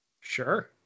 Sure